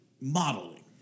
modeling